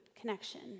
connection